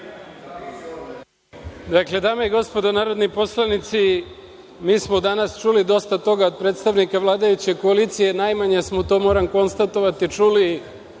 Dame i gospodo narodni poslanici, mi smo danas čuli dosta toga od predstavnika vladajuće koalicije. Najmanje smo, to moram konstatovati čuli